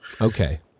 Okay